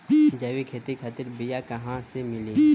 जैविक खेती खातिर बीया कहाँसे मिली?